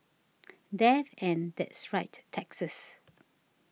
death and that's right taxes